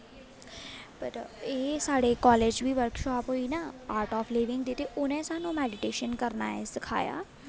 पर एह् साढ़े कालेज बी वर्कशॉप होई ना आर्ट ऐंड मैडिटेशन दी उ'नें साह्नूं एह् मैडिटेशन करना सखाया